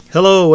Hello